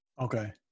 Okay